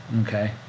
Okay